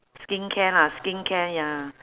skincare lah skincare ya